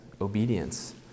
obedience